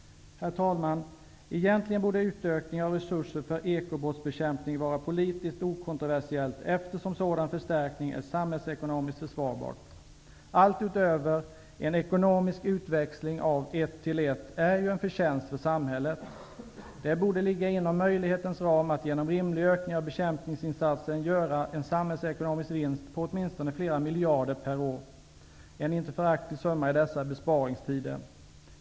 Herr talman! Egentligen borde utökningen av resurser för ekobrottsbekämpning vara politiskt okontroversiellt, eftersom en sådan förstärkning är samhällsekonomiskt försvarbar. Allt utöver en ekonomisk utväxling av ett till ett är ju en förtjänst för samhället. Det borde ligga inom möjlighetens ram att genom rimlig ökning av bekämpningsinsatsen göra en samhällsekonomisk vinst på åtminstone flera miljarder per år, en inte föraktlig summa i dessa besparingstider.